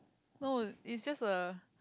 no is just a